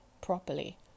properly